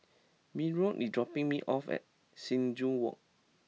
Myron is dropping me off at Sing Joo Walk